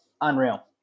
unreal